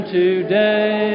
today